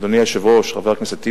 אדוני היושב-ראש, חבר הכנסת טיבי,